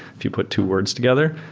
if you put two words together.